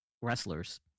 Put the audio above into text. wrestlers